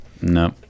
no